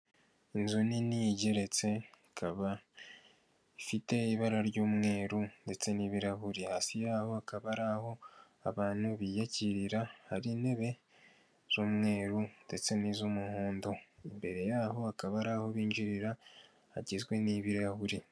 Inzu nini igeretse ikaba ifite ibara ry'umweru ndetse n'ibirahuri hasi yaho akaba ari aho abantu biyakirira hari intebe z'umweru ndetse n'iz'umuhondo, imbere yaho akaba ari aho binjirira hagizwe n'ibirahure.